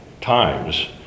times